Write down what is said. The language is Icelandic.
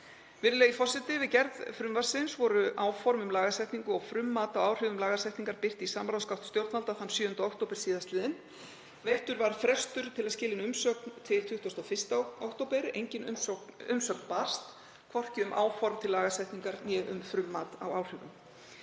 Virðulegi forseti. Við gerð frumvarpsins voru áform um lagasetningu og frummat á áhrifum lagasetningar birt í samráðsgátt stjórnvalda þann 7. október sl. Veittur var frestur til að skila inn umsögn til 21. október. Engin umsögn barst, hvorki um áform til lagasetningar né um frummat á áhrifum.